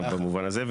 במובן הזה.